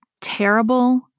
terrible